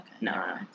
no